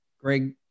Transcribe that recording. Greg